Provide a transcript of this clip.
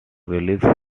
released